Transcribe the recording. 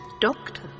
Doctor